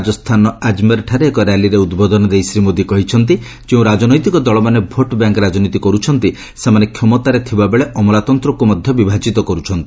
ରାଜସ୍ଥାନର ଆଜମେର ଠାରେ ଏକ ର୍ୟାଲିରେ ଉଦ୍ବୋଧନ ଦେଇ ଶ୍ରୀ ମୋଦି କହିଛନ୍ତି ଯେଉଁ ରାଜନୈତିକ ଦଳମାନେ ଭୋଟ୍ ବ୍ୟାଙ୍କ୍ ରାଜନୀତି କରୁଛନ୍ତି ସେମାନେ କ୍ଷମତାରେ ଥିବାବେଳେ ଅମଲାତନ୍ତକୁ ମଧ୍ୟ ବିଭାଜିତ କରୁଛନ୍ତି